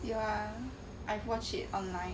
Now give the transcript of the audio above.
有啊 I've watch it online